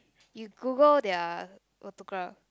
you Google their autograph